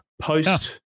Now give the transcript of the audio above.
post